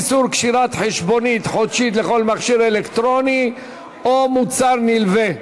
איסור קשירת חשבונית חודשית לכל מכשיר אלקטרוני או מוצר נלווה).